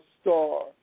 star